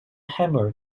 hammer